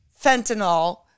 fentanyl